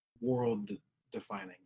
world-defining